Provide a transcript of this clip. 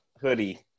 hoodie